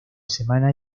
semana